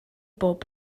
bob